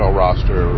roster